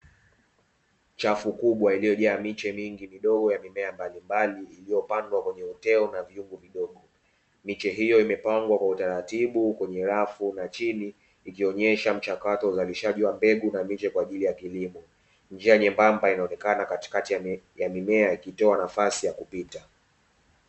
Chafu kubwa iliyojaa miche mingi midogo ya mimea mbalimbali iliyopandwa kwenye vioteo na vyungu vidogo. Miche hiyo imepangwa kwa utaratibu kwenye rafu na chini ikionyesha mchakato uzalishaji wa mbegu na miche kwa ajili ya kilimo. Njia nyembamba inaonekana katikati ya mimea ikitoa nafasi ya kupita.